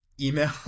email